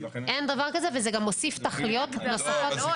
אין דבר זה וזה גם מוסיף תכליות נוספות.